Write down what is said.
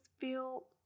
feel